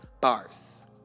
Bars